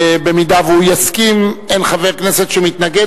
אם הוא יסכים ואין חבר כנסת שמתנגד,